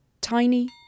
Tiny